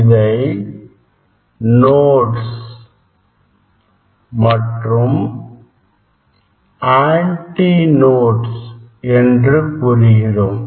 இதை nodes மற்றும் antinode என்று கூறுகிறோம்